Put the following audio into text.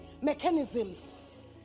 mechanisms